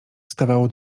stawało